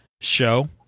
show